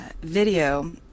video